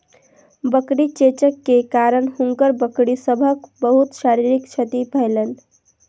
बकरी चेचक के कारण हुनकर बकरी सभक बहुत शारीरिक क्षति भेलैन